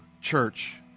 church